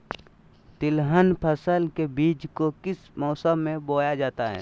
तिलहन फसल के बीज को किस मौसम में बोया जाता है?